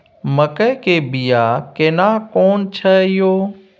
मकई के बिया केना कोन छै यो?